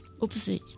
Oopsie